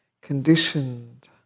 conditioned